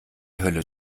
hölle